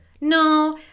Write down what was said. No